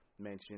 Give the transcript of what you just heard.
mention